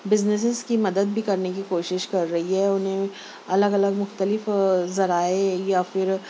businesses کی مدد بھی کرنے کی کوشش کر رہی ہے انہیں الگ الگ مختلف ذرائع یا پھر